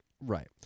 Right